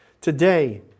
Today